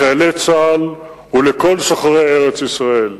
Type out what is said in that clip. לחיילי צה"ל ולכל שוחרי ארץ-ישראל.